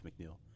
McNeil